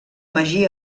magí